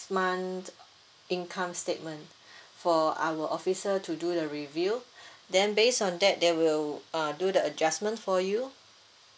month income statement for our officer to do the review then based on that they will uh do the adjustment for you